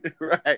Right